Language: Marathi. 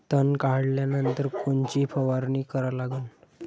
तन काढल्यानंतर कोनची फवारणी करा लागन?